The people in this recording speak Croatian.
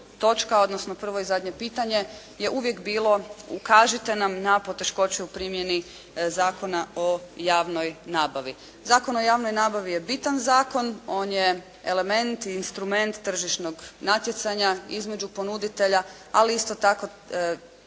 točka, odnosno prvo i zadnje pitanje je uvijek bilo, ukažite nam na poteškoće u primjeni Zakona o javnoj nabavi. Zakon o javnoj nabavi je bitan zakon, on je element, instrument tržišnog natjecanja između ponuditelja, ali isto tako